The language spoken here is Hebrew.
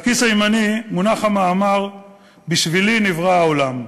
בכיס הימני מונח המאמר "בשבילי נברא העולם",